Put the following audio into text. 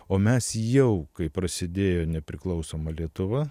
o mes jau kai prasidėjo nepriklausoma lietuva